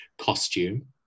costume